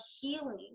healing